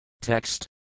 Text